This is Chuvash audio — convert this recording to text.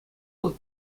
вӑл